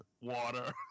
water